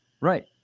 Right